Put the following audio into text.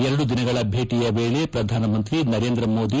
ಎರಡು ದಿನಗಳ ಭೇಟಿಯ ವೇಳೆ ಪ್ರಧಾನಿ ನರೇಂದ್ರ ಮೋದಿ